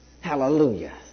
Hallelujah